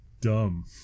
dumb